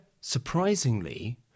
surprisingly